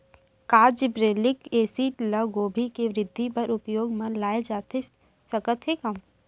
का gibberellic acid ल गोभी के वृद्धि बर उपयोग म लाये जाथे सकत हे?